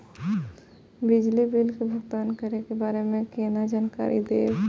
बिजली बिल के भुगतान करै के बारे में केना जानकारी देब?